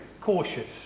cautious